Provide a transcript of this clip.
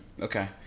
Okay